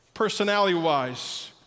personality-wise